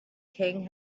king